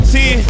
See